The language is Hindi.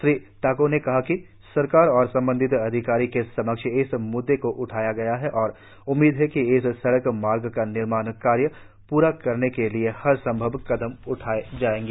श्री ताको ने कहा कि सरकार और संबंधित अधिकारियों के समक्ष इस म्द्दे को उठाया गया है और उम्मीद है कि इस सड़क मार्ग का निर्माण कार्य प्रा कराने के लिए हर संभव कदम उठाया जाएगा